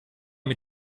mit